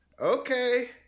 Okay